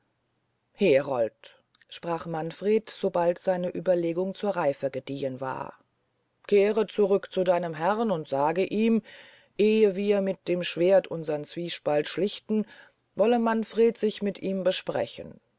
herold sprach manfred sobald seine ueberlegung zur reife gediehen war kehre zurück zu deinem herrn und sag ihm ehe wir mit dem schwerdt unsern zwiespalt schlichten wolle manfred sich mit ihm besprechen